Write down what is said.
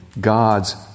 God's